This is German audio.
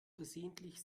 versehentlich